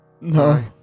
No